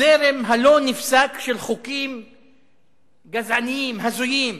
והזרם הלא-נפסק של חוקים גזעניים, הזויים,